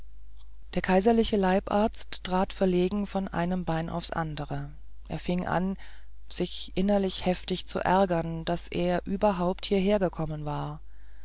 der herr kaiserliche leibarzt trat verlegen von einem bein aufs andere er fing an sich innerlich heftig zu ärgern daß er überhaupt hiehergekommen war